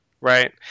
right